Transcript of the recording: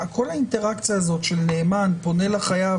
כל האינטראקציה הזאת בה נאמן פונה לחייב